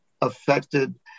affected